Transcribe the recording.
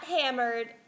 hammered